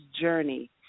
journey